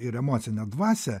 ir emocinę dvasią